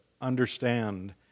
understand